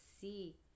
see